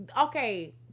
okay